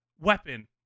weapon